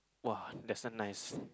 !wah! that's one nice